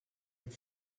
els